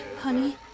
honey